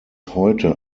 heute